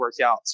workouts